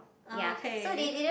okay